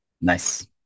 nice